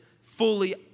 fully